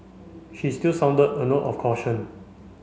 she still sounded a note of caution